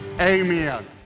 amen